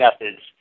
methods